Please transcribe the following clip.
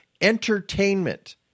entertainment